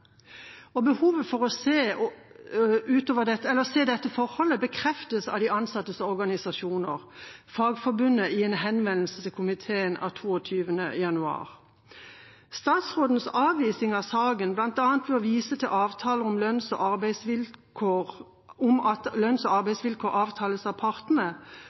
barnevernet. Behovet for å se på dette forholdet bekreftes av en av de ansattes organisasjoner, Fagforbundet, i en henvendelse til komiteen av 22. januar. Statsrådens avvisning av saken, bl.a. ved å vise til at avtaler om lønns- og arbeidsvilkår avtales av partene,